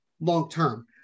long-term